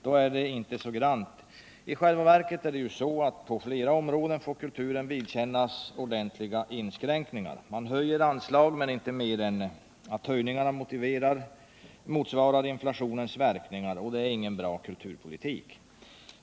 Ty då är det inte så grant. I själva verket får flera områden av kulturen vidkännas ordentliga inskränkningar. Man höjer anslag men inte mer än att höjningarna motsvarar inflationens verkningar. Det är ingen bra kulturpolitik.